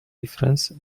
difference